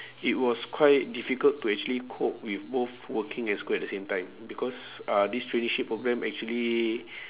it was quite difficult to actually cope with both working and school at the same time because uh this traineeship programme actually